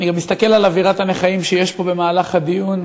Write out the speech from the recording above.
אני גם מסתכל על אווירת הנכאים שיש פה במהלך הדיון,